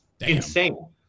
Insane